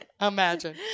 imagine